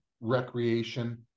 recreation